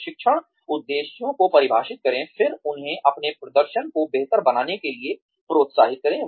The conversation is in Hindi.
प्रशिक्षण उद्देश्यों को परिभाषित करें फिर उन्हें अपने प्रदर्शन को बेहतर बनाने के लिए प्रोत्साहित करें